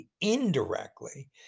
indirectly